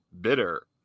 bitter